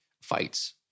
fights